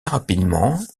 rapidement